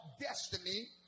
destiny